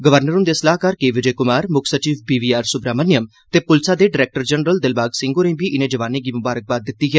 governor हुंदे सलाहकार के विजय कुमार मुक्ख सचिव बी वी आर सुब्रहाण्यम ते पुलसा दे डरैक्टर जनरल दिलबाग सिंह होरें'बी इनें जवानें गी मुबारकबाद दित्ती ऐ